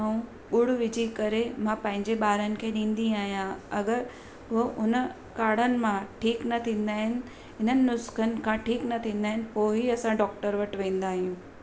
अऊं गॾु विझी करे मां पंहिंजे ॿारनि खे ॾिंदी आहियां अगरि उहे उन काड़नि मां ठीक न थींदा आहिनि हिननि नुस्कनि खां ठीक न थींदा आहिनि पोइ ई असां डॉक्टर वटि वेंदा आहियूं